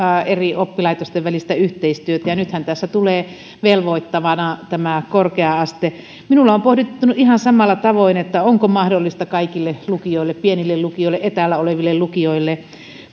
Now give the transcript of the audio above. eri oppilaitosten välistä yhteistyötä nythän tässä tulee velvoittavana korkea aste minua on pohdituttanut ihan samalla tavoin se onko tämä mahdollista kaikille lukioille pienille lukioille etäällä oleville lukioille